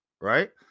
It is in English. Right